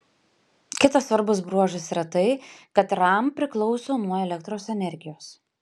kitas svarbus bruožas yra tai kad ram priklauso nuo elektros energijos